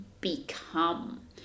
become